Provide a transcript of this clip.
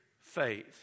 faith